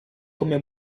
come